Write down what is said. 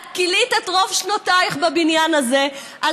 את כילית את רוב שנותייך בבניין הזה על